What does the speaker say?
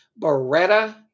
Beretta